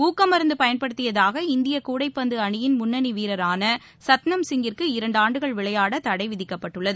ஊக்கமருந்துபயன்படுத்தியதாக இந்தியகூடைப்பந்துஅணியின் முன்னணிவீரரானசத்னம் சிங்கிற்கு இரண்டாண்டுகள் விளையாடதடைவிதிக்கப்பட்டுள்ளது